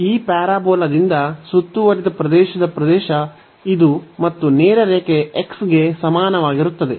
ಈ ಪ್ಯಾರಾಬೋಲಾದಿಂದ ಸುತ್ತುವರಿದ ಪ್ರದೇಶದ ಪ್ರದೇಶ ಇದು ಮತ್ತು ನೇರ ರೇಖೆ x ಗೆ ಸಮಾನವಾಗಿರುತ್ತದೆ